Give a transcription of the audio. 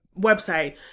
website